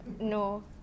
no